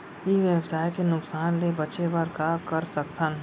ई व्यवसाय के नुक़सान ले बचे बर का कर सकथन?